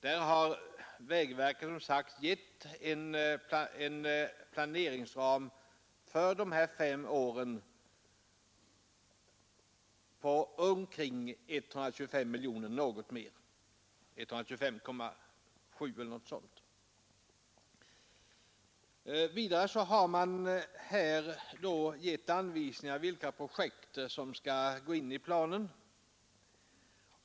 Där har vägverket som sagt gett en planeringsram för dessa fem år på 125,7 miljoner. Vidare har man givit anvisningar på vilka projekt som skall ingå i planen.